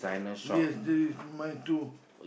yes this is my tool